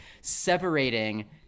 separating